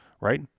right